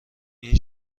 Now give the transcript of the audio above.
این